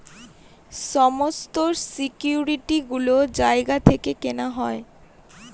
সমস্ত সিকিউরিটি গুলো জায়গা থেকে কেনা হয়